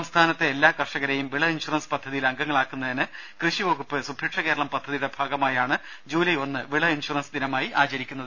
സംസ്ഥാനത്തെ എല്ലാ കർഷകരേയും വിള ഇൻഷൂറൻസ് പദ്ധതിയിൽ അംഗങ്ങളാക്കുന്നതിന് കൃഷി വകുപ്പ് സുഭിക്ഷ കേരളം പദ്ധതിയുടെ ഭാഗമായാണ് ജൂലൈ ഒന്ന് വിള ഇൻഷുറൻസ് ദിനമായി ആചരിക്കുന്നത്